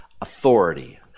authority